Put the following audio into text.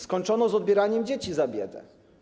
Skończono z odbieraniem dzieci za biedę.